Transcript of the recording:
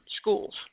schools